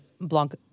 Blanc